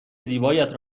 زیبایت